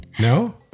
No